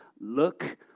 look